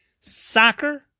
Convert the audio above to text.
soccer